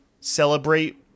celebrate